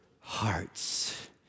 hearts